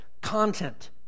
content